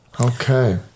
Okay